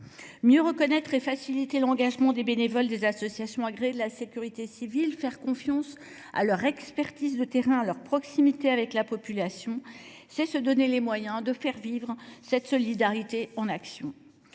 Mieux reconnaître et faciliter l’engagement des bénévoles des associations agréées de la sécurité civile, faire confiance à leur expertise de terrain et à leur proximité avec la population, c’est se donner les moyens de faire vivre une solidarité en action.